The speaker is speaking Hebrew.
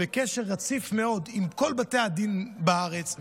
ובקשר רציף מאוד עם כל בתי הדין בארץ,